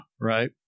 Right